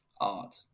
Art